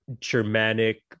Germanic